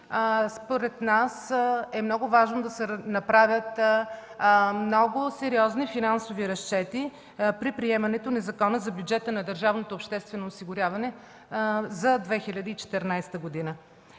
фонда и е важно да се направят много сериозни финансови разчети при приемането на Закона за бюджета на държавното обществено осигуряване за 2014 г.